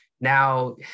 now